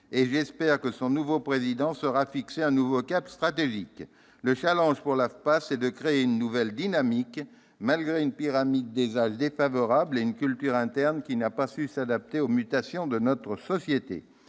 J'espère que son nouveau président saura fixer un nouveau cap stratégique. Le challenge, pour l'AFPA, est de créer une nouvelle dynamique, malgré une pyramide des âges défavorable et une culture interne qui n'a pas su s'adapter aux mutations de notre société.